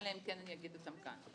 אלא אם כן אני אגיד אותם כאן.